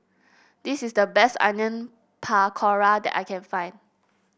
this is the best Onion Pakora that I can find